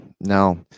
no